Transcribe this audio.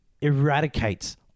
eradicates